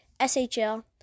SHL